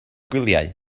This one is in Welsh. gwyliau